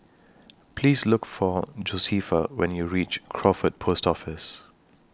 Please Look For Josefa when YOU REACH Crawford Post Office